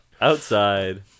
outside